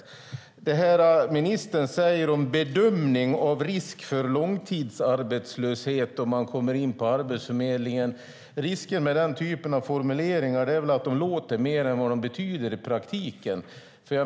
När det gäller det som ministern säger om bedömning av risk för långtidsarbetslöshet om man kommer in på Arbetsförmedlingen tycker jag att risken med den typen av formuleringar är att de låter mer än vad de betyder i praktiken.